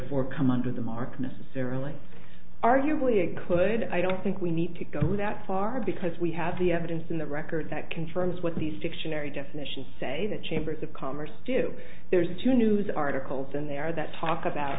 for come under the mark necessarily arguably it could i don't think we need to go that far because we have the evidence in the record that confirms what these dictionary definitions say the chamber of commerce do there's two news articles in there that talk about